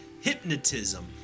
Hypnotism